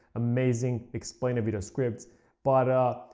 amazing, explainer video scripts but,